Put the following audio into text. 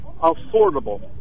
affordable